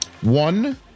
one